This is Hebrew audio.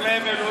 אין להם אלוהים.